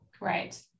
right